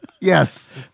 Yes